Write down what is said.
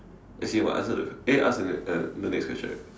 as in what answer the eh ask the the next question right